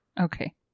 Okay